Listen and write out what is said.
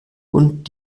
und